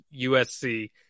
USC